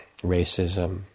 racism